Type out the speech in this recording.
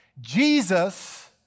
Jesus